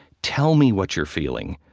tell me what you're feeling.